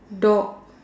dog